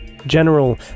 General